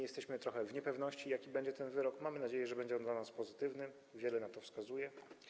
Jesteśmy trochę w niepewności, jaki będzie ten wyrok, mamy nadzieję, że będzie dla nas pozytywny, wiele na to wskazuje.